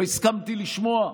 לא הסכמתי לשמוע,